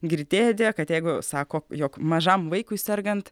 girdėjote kad jeigu sako jog mažam vaikui sergant